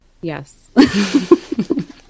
Yes